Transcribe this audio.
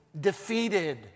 defeated